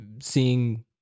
seeing